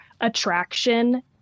attraction